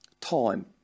time